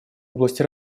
области